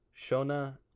Shona